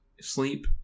sleep